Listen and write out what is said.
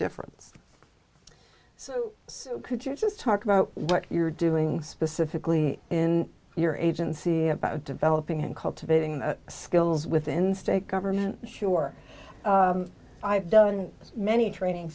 difference so could you just talk about what you're doing specifically in your agency about developing and cultivating skills within state government sure i've done many training